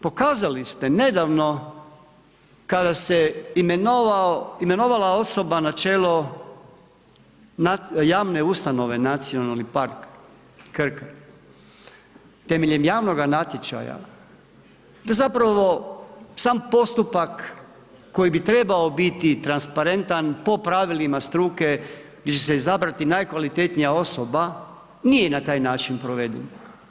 Pokazali ste nedavno, kada se imenovala osoba na čelo javne ustanove, nacionalni park Krka, temeljem javnoga natječaja, to je zapravo, sam postupak, koji bi trebao biti transparentan po pravilima struke, će se izabrati najkvalitetnija osoba, nije na taj način provedena.